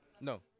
No